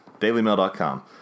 dailymail.com